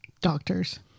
Doctors